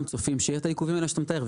צופים שיהיו את העיכובים האלה שאתה מתאר,